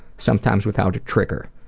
sometimes without a trigger.